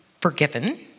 forgiven